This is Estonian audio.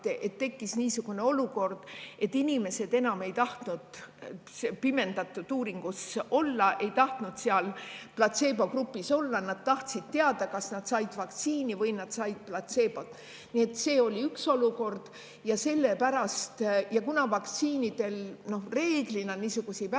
Tekkis niisugune olukord, et inimesed enam ei tahtnud pimendatud uuringus olla, ei tahtnud seal platseebogrupis olla, nad tahtsid teada, kas nad said vaktsiini või nad said platseebot. Nii et see oli üks olukord. Ja sellepärast ja kuna vaktsiinidel reeglina niisuguseid väga